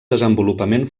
desenvolupament